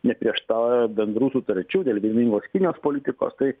neprieštarauja bendrų sutarčių dėl vieningos kinijos politikos tai